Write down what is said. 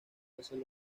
veces